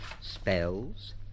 spells